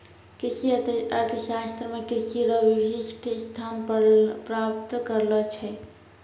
कृषि अर्थशास्त्र मे कृषि रो विशिष्ट स्थान प्राप्त करलो छै